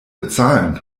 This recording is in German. bezahlen